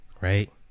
right